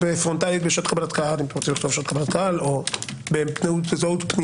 פרונטלית בשעות קבלת קבל אם כך אתם רוצים לכתוב או באמצעות פנייה